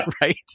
right